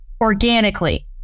organically